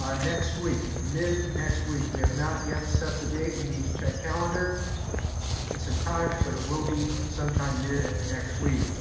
um next week. mid next week. we have not yet set the date, we need to check calendars and times but it will be sometime mid next week,